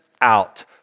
out